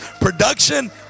production